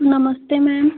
नमस्ते मैम